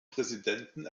präsidenten